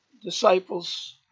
disciples